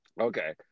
Okay